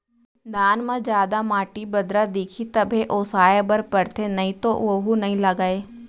धान म जादा माटी, बदरा दिखही तभे ओसाए बर परथे नइ तो वोहू नइ लागय